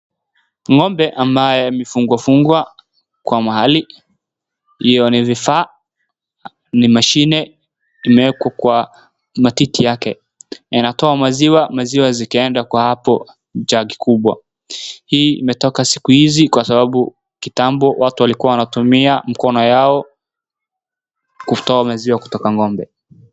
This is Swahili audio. Ng'ombe ambaye amefungwafungwa kwa mahali hiyo ni vifaa, ni mashine imewekwa kwa matiti yake na inatoa maziwa, maziwa zikienda hapo kwa jangi kubwa. Hii imetoka siku hizi kwa sababu kitambo watu walikuwa wanatumia mkono yao kutoa maziwa kutoka ng'ombe.